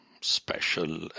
special